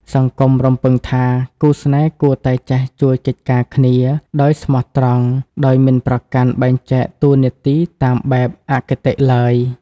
សង្គមរំពឹងថា គូស្នេហ៍គួរតែ "ចេះជួយកិច្ចការគ្នា" ដោយស្មោះត្រង់ ដោយមិនប្រកាន់បែងចែកតួនាទីតាមបែបអគតិឡើយ។